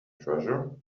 treasure